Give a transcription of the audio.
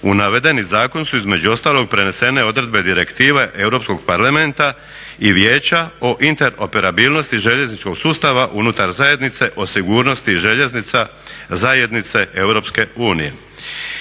U navedeni zakon su između ostalog prenesene odredbe direktive Europskog parlamenta i Vijeća o interoperabilnosti željezničkog sustava unutar zajednice o sigurnosti željeznica zajednice EU.